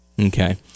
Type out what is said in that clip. Okay